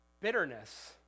Bitterness